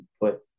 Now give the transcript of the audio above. put